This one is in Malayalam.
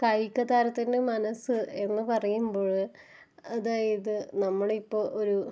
കായിക താരത്തിൻ്റെ മനസ്സ് എന്ന് പറയുമ്പൊഴ് അതായത് നമ്മളിപ്പോൾ ഒരു